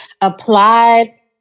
applied